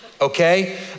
Okay